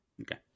Okay